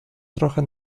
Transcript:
trochę